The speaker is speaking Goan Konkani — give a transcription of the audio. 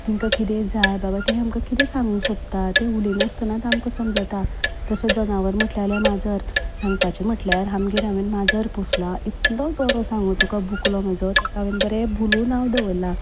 तेंकां कितें जाय बाबा तीं आमकां कितें सांगूंक शकतात तें उलयनासतना आमकां समजता तशेंच जनावर म्हणलेलें माजर सांगपाचें म्हणल्यार आमगेर हांवें माजर पोसलां इतलो बरो सांगू तुका बुकलो म्हजो तेका हांवें बरें बुलू नांव दवरलां